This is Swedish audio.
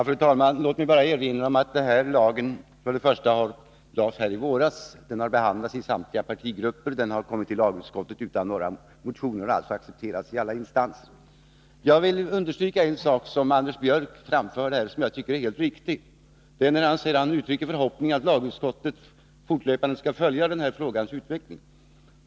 Fru talman! Låt mig bara erinra om att lagförslaget, som lades fram i våras, har behandlats i samtliga partigrupper och kommit till lagutskottet utan några motioner. Det har alltså accepterats i alla instanser. Jag vill understryka en sak som Anders Björck framförde och som jag tycker är helt riktig. Han uttryckte nämligen förhoppningen att lagutskottet fortlöpande skall följa frågans utveckling.